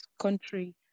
country